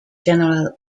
general